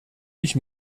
ich